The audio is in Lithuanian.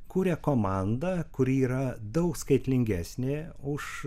kuria komanda kuri yra daug skaitlingesnė už